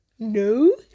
no